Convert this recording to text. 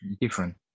different